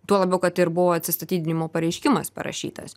tuo labiau kad ir buvo atsistatydinimo pareiškimas parašytas